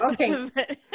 okay